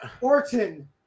Orton